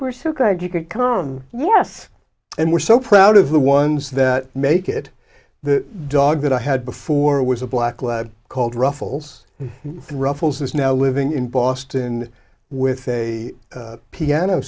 we're so glad you could come to us and we're so proud of the ones that make it the dog that i had before was a black lab called ruffles and ruffles is now living in boston with a piano